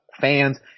fans